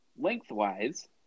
Lengthwise